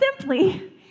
simply